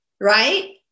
right